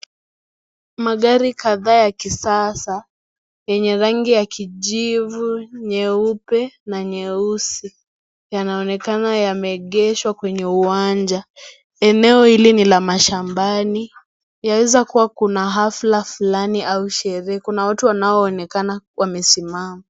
Magari kadhaa ya kisasa yenye rangi ya kijivu, nyeupe na nyeusi yanaonekana yame egeshwa kwenye uwanja eneo hili ni la mashambani yaweza kuwa kuna hafla fulani au sherehe. Kuna watu wanao onekana wamesimama.